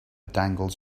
dangles